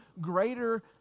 greater